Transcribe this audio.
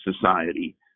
Society